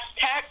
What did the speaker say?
tax